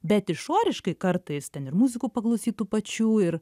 bet išoriškai kartais ten ir muzikų paklausyt tų pačių ir